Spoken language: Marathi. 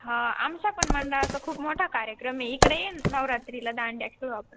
हो आमच्या पण मंडळाचा खूप मोठा कार्यक्रम आहे इकडे ये नवरात्रीला दांडिया खेळू आपण